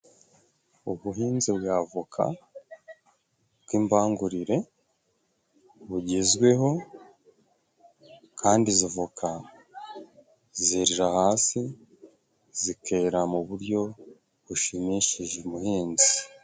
Ubuhinzi bwa avoka bw'imbangurire bugezweho, kandi izo voka zerera hasi zikera mu buryo bushimishije umuhinzi.